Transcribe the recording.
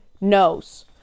knows